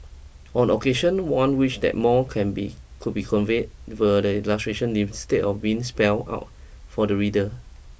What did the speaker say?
on occasion one wishes that more can be could be conveyed via the illustrations leave stead of being spelt out for the reader